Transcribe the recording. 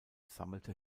sammelte